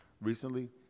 recently